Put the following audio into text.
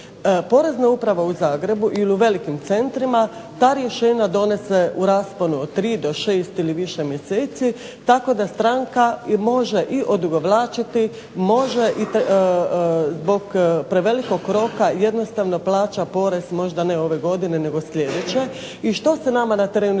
Porezna uprava u Zagrebu ili u velikim centrima ta rješenja donese u rasponu od 3 do 6 ili više mjeseci tako da stranka i može i odugovlačiti, može zbog prevelikog roka jednostavno plaća porez možda ne ove godine nego sljedeće i što se nama na terenu